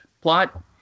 plot